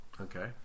Okay